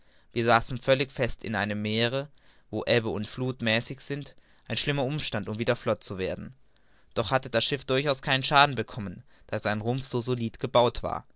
wir saßen völlig fest in einem meere wo ebbe und fluth mäßig sind ein schlimmer umstand um wieder flott zu werden doch hatte das schiff durchaus keinen schaden bekommen da sein rumpf so solid gebaut war